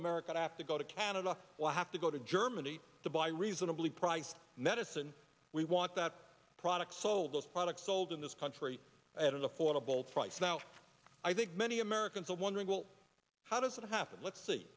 america to have to go to canada will have to go to germany to buy reasonably priced medicine we want that product sold those products sold in this country at an affordable price now i think many americans are wondering how does that happen let's see